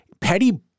Petty